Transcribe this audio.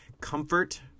comfort